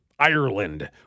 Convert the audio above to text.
Ireland